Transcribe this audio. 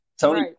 Tony